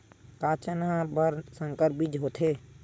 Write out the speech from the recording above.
का चना बर संकर बीज होथे?